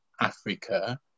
Africa